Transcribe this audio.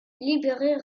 libérés